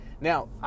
Now